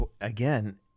again